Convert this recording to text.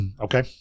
Okay